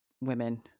women